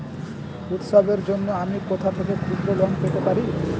উৎসবের জন্য আমি কোথা থেকে ক্ষুদ্র লোন পেতে পারি?